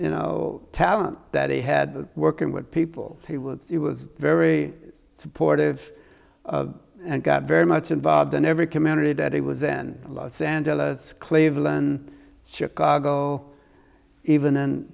you know talent that he had working with people he was he was very supportive and got very much involved in every community that he was then los angeles cleveland chicago even